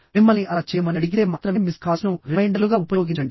మిమ్మల్ని అలా చేయమని అడిగితే మాత్రమే మిస్డ్ కాల్స్ను రిమైండర్లుగా ఉపయోగించండి